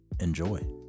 enjoy